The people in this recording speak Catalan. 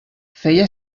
feia